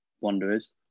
Wanderers